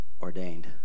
ordained